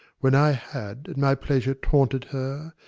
when i had at my pleasure taunted her,